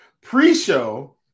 pre-show